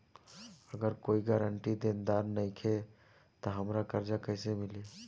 अगर कोई गारंटी देनदार नईखे त हमरा कर्जा कैसे मिली?